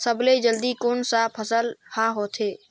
सबले जल्दी कोन सा फसल ह होथे?